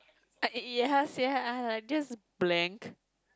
uh uh ya sia I like just blank